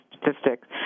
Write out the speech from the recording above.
statistics